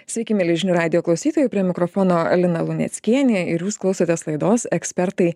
sveiki mieli žinių radijo klausytojai prie mikrofono lina luneckienė ir jūs klausotės laidos ekspertai